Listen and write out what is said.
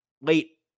late